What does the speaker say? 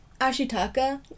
Ashitaka